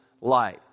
light